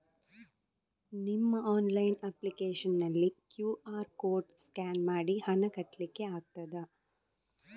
ನಿಮ್ಮ online application ನಲ್ಲಿ QR code scan ಮಾಡಿ ಹಣ ಕಟ್ಲಿಕೆ ಆಗ್ತದ?